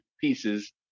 pieces